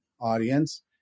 audience